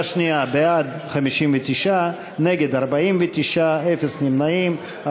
61, אפס נמנעים.